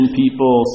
people